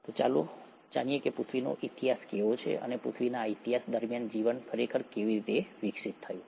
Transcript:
તો ચાલો જાણીએ કે પૃથ્વીનો ઈતિહાસ કેવો છે અને પૃથ્વીના આ ઈતિહાસ દરમિયાન જીવન ખરેખર કેવી રીતે વિકસિત થયું